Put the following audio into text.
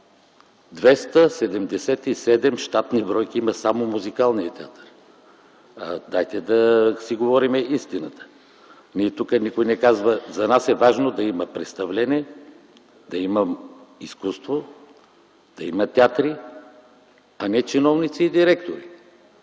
щатни бройки има само Музикалният театър. Дайте да си говорим истината! За нас е важно да има представления, да има изкуство, да има театри, а не чиновници и директори.